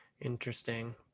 interesting